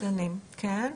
קטנים, כן.